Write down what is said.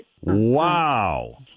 Wow